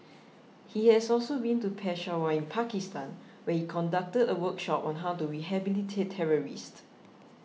he has also been to Peshawar in Pakistan where he conducted a workshop on how to rehabilitate terrorists